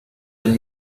had